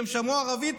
כשהם שמעו ערבית,